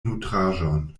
nutraĵon